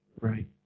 Right